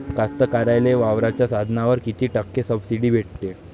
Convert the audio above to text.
कास्तकाराइले वावराच्या साधनावर कीती टक्के सब्सिडी भेटते?